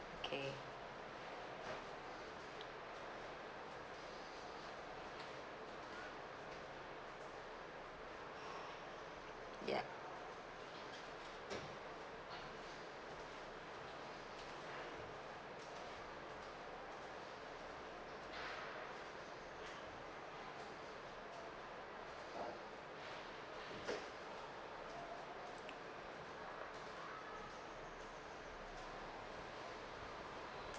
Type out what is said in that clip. okay yup